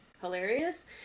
hilarious